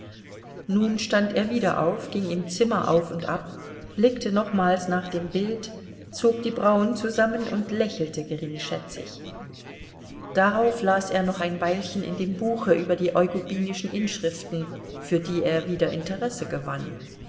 nun stand er wieder auf ging im zimmer auf und ab blickte nochmals nach dem bild zog die brauen zusammen und lächelte geringschätzig darauf las er noch ein weilchen in dem buche über die eugubinischen inschriften für die er wieder interesse gewann